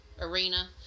arena